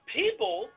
people